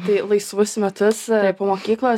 tai laisvus metus po mokyklos